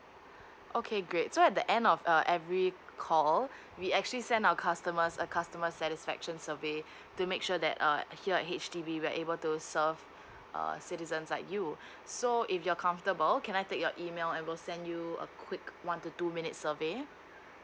okay great so at the end of uh every call we actually send our customers a customer satisfaction survey to make sure that uh here at H_D_B we are able to serve uh citizens like you so if you're comfortable can I take your email and will send you a quick one to two minute survey